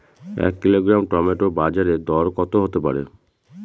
এক kilogram tomato বাজের দরকত হতে পারে?